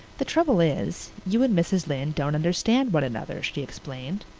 the trouble is, you and mrs. lynde don't understand one another, she explained.